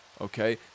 okay